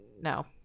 No